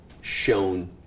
shown